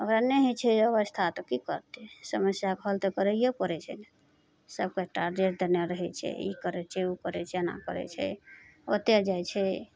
ओकरा नहि होइ छै व्यवस्था तऽ की करतय समस्याके हल तऽ करइए पड़य छै ने सभके एकटा डेट देने रहय छै ई करय छै उ करय छै एना करय छै ओतऽ जाइ छै